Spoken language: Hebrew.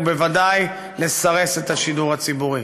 ובוודאי לסרס את השידור הציבורי.